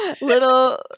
Little